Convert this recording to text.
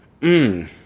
Mmm